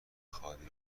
خالی